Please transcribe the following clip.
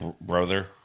Brother